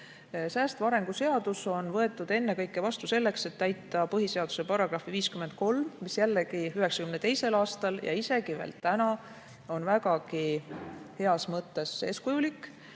Säästva arengu seadus on võetud vastu selleks, et täita põhiseaduse § 53, mis jällegi oli 1992. aastal ja isegi veel täna on vägagi heas mõttes eeskujulik.